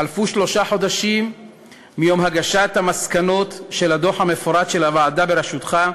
חלפו שלושה חודשים מיום הגשת המסקנות של הדוח המפורט של הוועדה בראשותך,